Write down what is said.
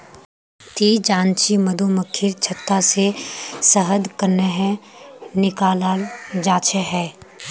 ती जानछि मधुमक्खीर छत्ता से शहद कंन्हे निकालाल जाच्छे हैय